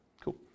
Cool